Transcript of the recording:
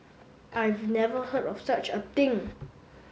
I've never heard of such a thing